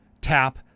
tap